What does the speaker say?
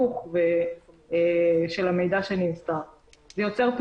נוסף מכל מקור במקום זה הולכים לכלי אוטומטי שכשאנחנו נכנסים לפרטים